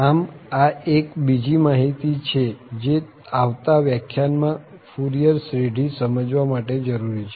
આમ આ એક બીજી માહિતી છે જે આવતા વ્યાખ્યાનમાં જ ફુરિયર શ્રેઢી સમજવા માટે જરૂરી છે